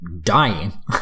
Dying